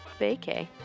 vacay